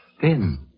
thin